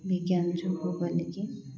ବିଜ୍ଞାନ ଯୋଗୁଁ ବୋଲିକି